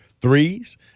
threes